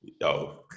Yo